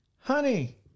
Honey